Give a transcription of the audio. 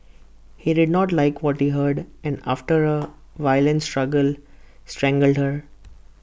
he did not like what he heard and after A violent struggle strangled her